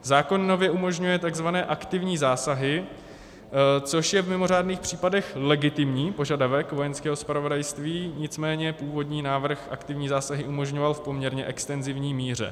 Zákon nově umožňuje takzvané aktivní zásahy, což je v mimořádných případech legitimní požadavek Vojenského zpravodajství, nicméně původní návrh aktivní zásahy umožňoval v poměrně extenzivní míře.